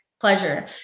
pleasure